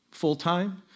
full-time